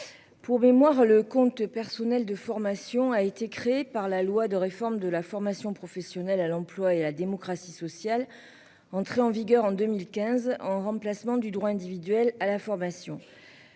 Pour mémoire, le compte personnel de formation a été créé par la loi de réforme de la formation professionnelle à l'emploi et la démocratie sociale. Entré en vigueur en 2015, en remplacement du droit individuel à la formation.